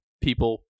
people